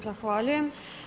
Zahvaljujem.